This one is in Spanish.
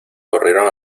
corrieron